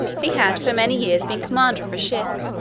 he had for many years been commander of a ship